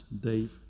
Dave